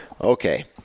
Okay